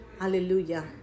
hallelujah